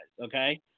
okay